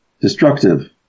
destructive